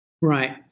Right